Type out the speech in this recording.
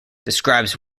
describes